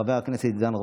חבר הכנסת עידן רול,